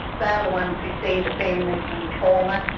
the ah the ones who see the families in trauma,